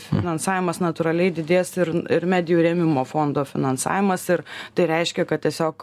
finansavimas natūraliai didės ir ir medijų rėmimo fondo finansavimas ir tai reiškia kad tiesiog